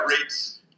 rates